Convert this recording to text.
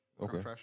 Okay